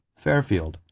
fairfield,